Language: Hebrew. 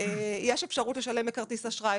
יש אפשרות לשלם בכרטיס אשראי,